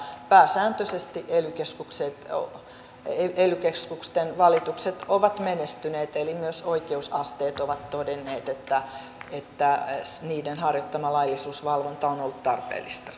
pääsääntöisesti ely keskusten valitukset ovat menestyneet eli myös oikeusasteet ovat todenneet että niiden harjoittama laillisuusvalvonta on ollut tarpeellista